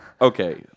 Okay